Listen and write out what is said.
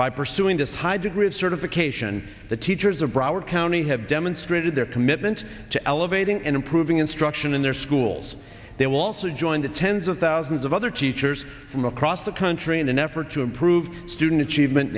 by pursuing this high degree of certification the teachers of broward county have demonstrated their commitment to elevating and improving instruction in their schools they will also join the tens of thousands of other teachers from across the country in an effort to improve student achievement